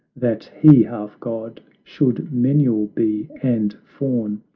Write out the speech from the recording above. that he, half god, should menial be, and fawn,